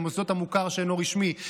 למוסדות המוכר שאינו רשמי,